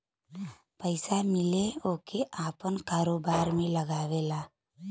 पइसा मिले ओके आपन कारोबार में लगावेला